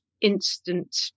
instant